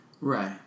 right